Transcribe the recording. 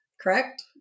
correct